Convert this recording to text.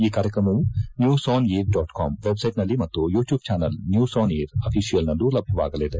ಈ ಕಾರ್ಯಕ್ರಮವು news on air dot com ವೆಬ್ಸೈಟ್ನಲ್ಲಿ ಮತ್ತು YouTube channel news on air official ನಲ್ಲೂ ಲಭ್ಯವಾಗಲಿದೆ